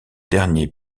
dernier